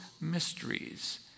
mysteries